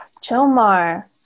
Jomar